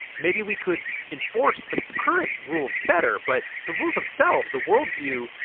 maybe we could enforce the current rules better, but the rules themselves, the worldview,